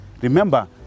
Remember